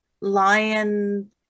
Lion